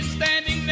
Standing